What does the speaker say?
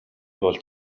болж